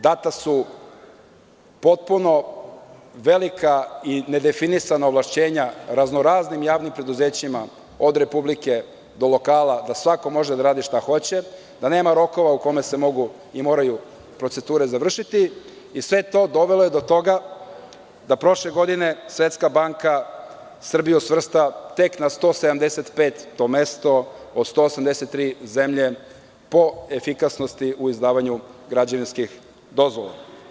Data su potpuno velika i nedefinisana ovlašćenja raznoraznim javnim preduzećima, od Republike do lokala, da svako može da radi šta hoće, da nema rokova u kojima se mogu i moraju procedure završiti i sve je to dovelo do toga da prošle godine Svetska banka Srbiju svrsta tek na 175 mesto od 183 zemlje po efikasnosti u izdavanju građevinskih dozvola.